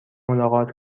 ملاقات